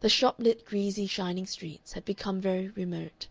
the shop-lit, greasy, shining streets, had become very remote